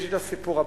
יש לי את הסיפור הבא: